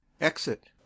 Exit